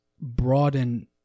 broaden